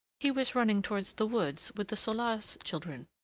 he was running toward the woods with the soulas children,